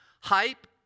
hype